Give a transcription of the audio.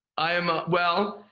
i am a well,